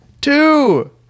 Two